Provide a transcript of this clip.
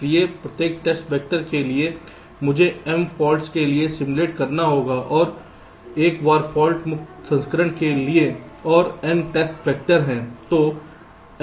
इसलिए प्रत्येक test vector के लिए मुझे m फॉल्ट्स के लिए सिमुलेट करना होगा और एक बार फाल्ट मुक्त संस्करण के लिए और N टेस्ट वेक्टर हैं